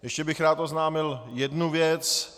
Ještě bych rád oznámil jednu věc.